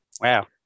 Wow